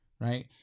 Right